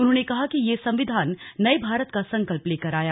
उन्होंने कहा कि ये संविधान नए भारत का संकल्प लेकर आया